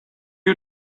you